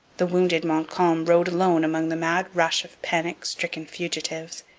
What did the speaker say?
the wounded montcalm rode alone among the mad rush of panic-stricken fugitives.